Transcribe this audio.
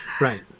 Right